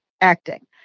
acting